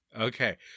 Okay